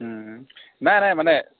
নাই নাই মানে